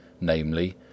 namely